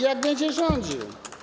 Jak będzie rządził.